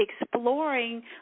exploring